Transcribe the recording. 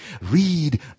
read